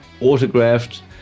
autographed